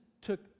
took